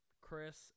Chris